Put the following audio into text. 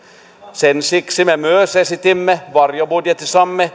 siksi me myös esitimme varjobudjetissamme